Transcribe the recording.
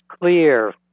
clear